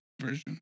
version